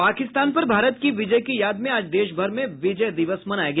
पाकिस्तान पर भारत की विजय की याद में आज देश भर में विजय दिवस मनाया गया